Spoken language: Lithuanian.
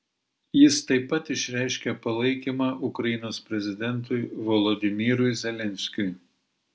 jis taip pat išreiškė palaikymą ukrainos prezidentui volodymyrui zelenskiui